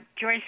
Joyce